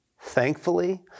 Thankfully